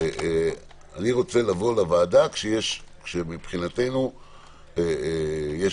אני רוצה לבוא לוועדה כשמבחינתנו יש